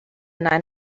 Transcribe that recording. nine